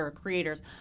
creators